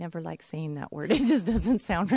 never like saying that word it just doesn't sound